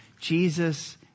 Jesus